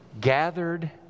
Gathered